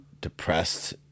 depressed